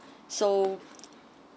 so